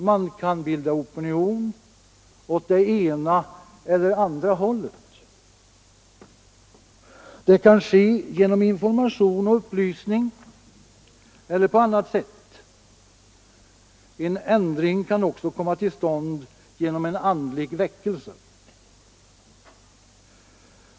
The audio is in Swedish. Man kan bilda opinioner åt ena eller andra hållet. Det kan ske genom information och upplysning eller på annat sätt. En ändring kan också komma till stånd genom en andlig väckelse.